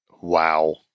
Wow